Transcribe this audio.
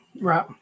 Right